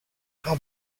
how